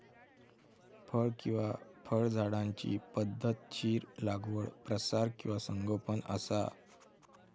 फळ किंवा फळझाडांची पध्दतशीर लागवड प्रसार किंवा संगोपन असा